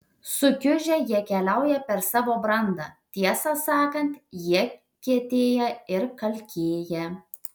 sukiužę jie keliauja per savo brandą tiesą sakant jie kietėja ir kalkėja